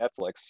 Netflix